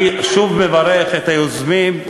אני שוב מברך את היוזמים,